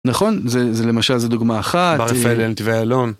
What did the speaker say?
נכון זה למשל זה דוגמה אחת. בר אפלנט ואלון.